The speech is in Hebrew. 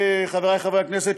חברי חברי הכנסת,